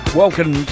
welcome